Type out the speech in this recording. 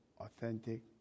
authentic